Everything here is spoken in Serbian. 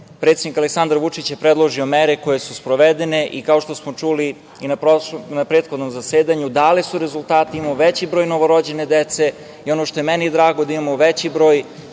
predsednik Aleksandar Vučić je predložio mere koje su sprovedene i kao što smo čuli na prethodnom zasedanju, dale su rezultate, veći broj novorođene dece, i ono što je meni drago da imamo veći broj